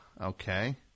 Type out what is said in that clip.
Okay